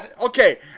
Okay